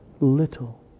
little